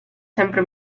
sempre